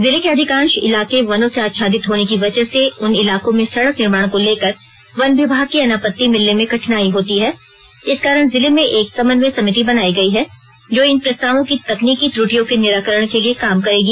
जिले के अधिकांश इलाके वनों से आच्छादित होने की वजह से उन इलाकों में सड़क निर्माण को लेकर वन विभाग की अनापत्ति मिलने में कठिनाई होती है इस कारण जिले में एक समन्वय समिति बनाई गई है जो इन प्रस्तावों की तकनीकी त्रुटियों के निराकरण के लिए काम करेगी